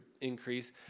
increase